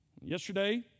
Yesterday